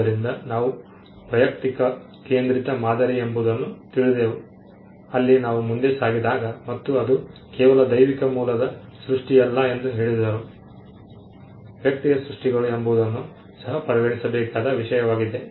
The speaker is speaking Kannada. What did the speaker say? ಆದ್ದರಿಂದ ನಾವು ವೈಯಕ್ತಿಕ ಕೇಂದ್ರಿತ ಮಾದರಿ ಎಂಬುದನ್ನು ತಿಳಿದೆವು ಅಲ್ಲಿ ನಾವು ಮುಂದೆ ಸಾಗಿದಾಗ ಮತ್ತು ಅದು ಕೇವಲ ದೈವಿಕ ಮೂಲದ ಸೃಷ್ಟಿಯಲ್ಲ ಎಂದು ಹೇಳಿದರು ವ್ಯಕ್ತಿಯ ಸೃಷ್ಟಿಗಳು ಎಂಬುವುದನ್ನು ಸಹ ಪರಿಗಣಿಸಬೇಕಾದ ವಿಷಯವಾಗಿದೆ